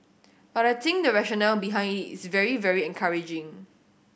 but I think the rationale behind it is very very encouraging